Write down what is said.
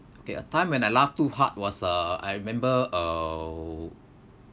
okay a time when I laughed too hard was uh I remember uh